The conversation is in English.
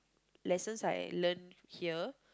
lessons I learn here